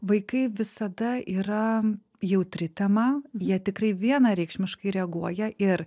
vaikai visada yra jautri tema jie tikrai vienareikšmiškai reaguoja ir